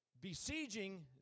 besieging